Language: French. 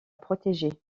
protégé